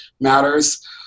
matters